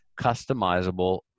customizable